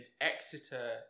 Exeter